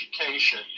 education